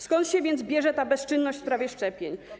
Skąd więc bierze się ta bezczynność w sprawie szczepień?